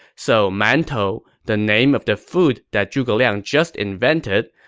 so man tou, the name of the food that zhuge liang just invented,